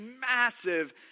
massive